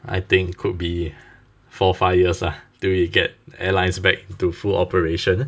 I think it could be four five years ah till we get airlines back to full operation